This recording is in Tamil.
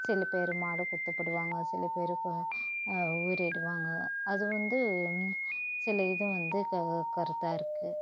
சில பேர் மாடு குத்து படுவாங்க சில பேருக்கு உயிர் இடுவாங்க அது வந்து சில இது வந்து க கருத்தாக இருக்குது